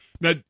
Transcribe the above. Now